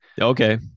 Okay